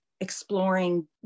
exploring